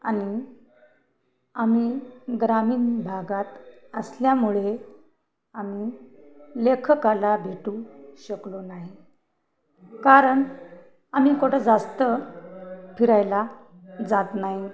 आणि आम्ही ग्रामीण भागात असल्यामुळे आम्ही लेखकाला भेटू शकलो नाही कारण आम्ही कुठं जास्त फिरायला जात नाही